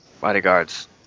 bodyguards